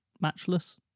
matchless